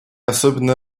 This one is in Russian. особенно